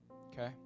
okay